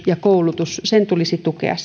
ja koulutuksen tulisi tukea